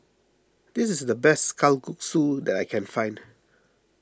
this is the best Kalguksu that I can find